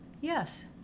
yes